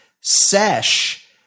sesh